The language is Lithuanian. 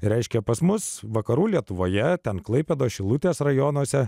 reiškia pas mus vakarų lietuvoje ten klaipėdos šilutės rajonuose